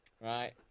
Right